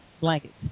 blankets